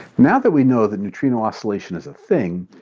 now that we know that neutrino oscillation is a thing,